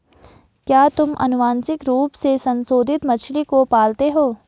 क्या तुम आनुवंशिक रूप से संशोधित मछली को पालते हो?